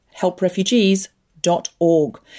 helprefugees.org